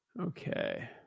Okay